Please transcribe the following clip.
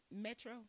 Metro